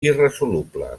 irresoluble